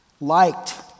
liked